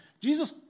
Jesus